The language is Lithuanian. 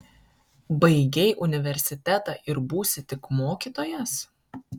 baigei universitetą ir būsi tik mokytojas